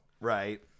Right